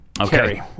Okay